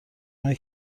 اینه